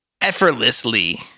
Effortlessly